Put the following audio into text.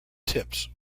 tips